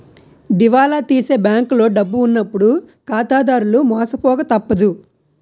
దివాలా తీసే బ్యాంకులో డబ్బు ఉన్నప్పుడు ఖాతాదారులు మోసపోక తప్పదు